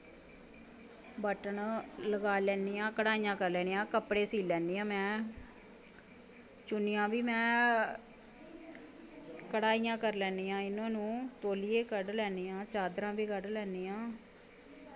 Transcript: button लगा लैन्नी आं कढ़ाइयां करी लैन्नी आं कपड़े सीह् लैन्नी आं में चुन्नियां बी में कढ़ाइयां कर लैन्नी आं इ'नां नूं तौलिये कड्ढ लैन्नियां चादरां बी कड्ढ लैन्नी आं